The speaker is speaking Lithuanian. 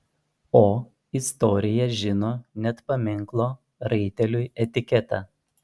o istorija žino net paminklo raiteliui etiketą